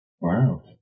Wow